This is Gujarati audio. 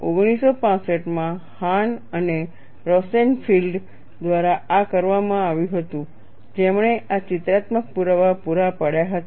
1965 માં હાન અને રોસેનફિલ્ડ દ્વારા આ કરવામાં આવ્યું હતું જેમણે આ ચિત્રાત્મક પુરાવા પૂરા પાડ્યા હતા